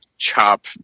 Chop